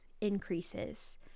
increases